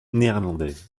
néerlandaise